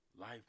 Life